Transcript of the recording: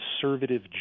conservative